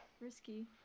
risky